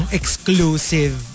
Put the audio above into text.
exclusive